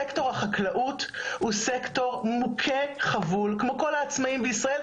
סקטור החקלאות הוא סקטור מוכה וחבול כמו כל העצמאיים בישראל,